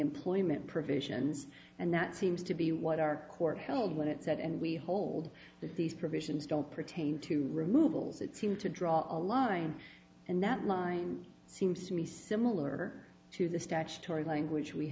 employment provisions and that seems to be what our court held when it said and we hold these provisions don't pertain to removals that seem to draw a line and that line seems to me similar to the statutory language we